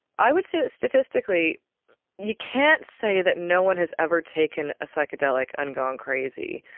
i would say that statistically you can't say that no one has ever taken a psychedelic and gone crazy,